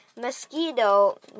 mosquito